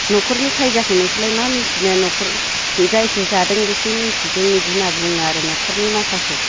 न'खरनि खायजाखौ नोंसोरलाय मा मिथिनो न'खर जायसो जादों बेसो मिनथिदों बिदि होनना बुङो आरो न'खरनि माखाखौ